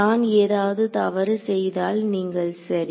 நான் ஏதாவது தவறு செய்தால் நீங்கள் சரி